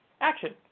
action